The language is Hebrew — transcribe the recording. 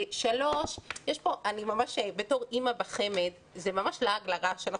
זה ממש לעג לרש.